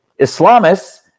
Islamists